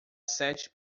sete